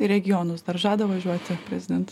į regionus dar žada važiuoti prezidentas